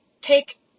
take